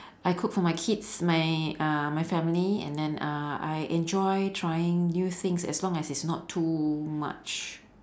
I cook for my kids my uh my family and then uh I enjoy trying new things as long it's not too much